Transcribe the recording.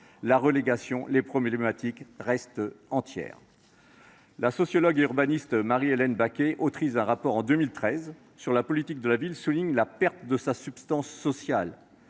la relégation, les problématiques restent entières. La sociologue et urbaniste Marie Hélène Bacqué, autrice en 2013 d’un rapport sur la politique de la ville, souligne la perte de sa substance sociale.